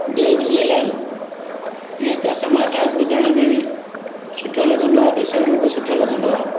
जय झूलेलाल ईअं त समाचार ॿुधण में सुठो लॻंदो आहे ॾिसण में बि सुठो लॻंदो आहे